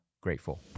grateful